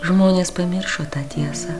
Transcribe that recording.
žmonės pamiršo tą tiesą